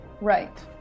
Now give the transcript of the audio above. Right